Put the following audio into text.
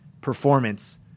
performance